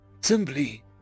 Simply